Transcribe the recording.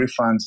refunds